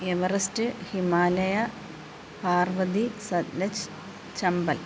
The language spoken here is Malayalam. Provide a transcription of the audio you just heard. എവറസ്റ്റ് ഹിമാലയ പാർവതി സത്ലജ് ചമ്പൽ